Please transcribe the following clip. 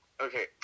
Okay